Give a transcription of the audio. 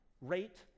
rate